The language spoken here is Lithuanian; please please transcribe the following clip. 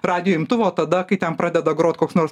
radijo imtuvo tada kai ten pradeda grot koks nors